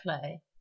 play